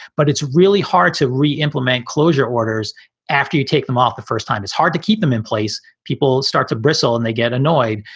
but it's really hard to re-implement closure orders after you take them off the first time. it's hard to keep them in place. people start to bristle and they get annoyed.